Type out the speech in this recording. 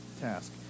task